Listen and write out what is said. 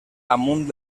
amunt